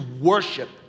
worship